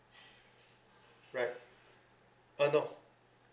right oh no